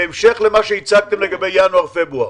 בהמשך למה שהצגתם לגבי ינואר-פברואר?